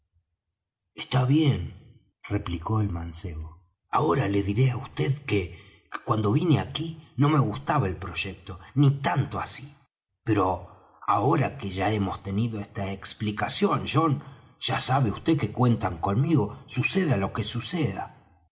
está bien replicó el mancebo ahora le diré á vd que cuando vine aquí no me gustaba el proyecto ni tanto así pero ahora que ya hemos tenido esta explicación john ya sabe vd que cuentan conmigo suceda lo que suceda